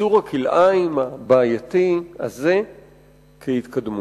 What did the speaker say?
יצור הכלאיים הבעייתי הזה כהתקדמות.